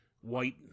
white